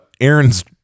Aaron's